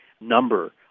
number